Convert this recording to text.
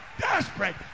desperate